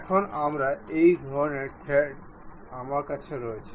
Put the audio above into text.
এখন আমরা এই ধরনের থ্রেড আছে